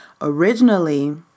originally